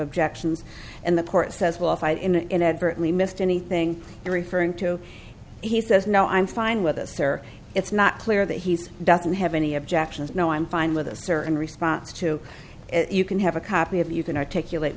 objections and the court says we'll fight in inadvertently missed anything referring to he says no i'm fine with us or it's not clear that he's doesn't have any objections no i'm fine with us or in response to it you can have a copy of you can articulate